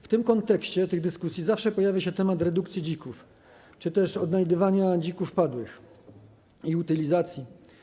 W kontekście tych dyskusji zawsze pojawia się temat redukcji dzików czy też odnajdywania dzików padłych i utylizacji.